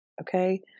Okay